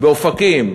באופקים,